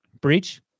Breach